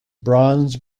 bronze